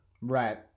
right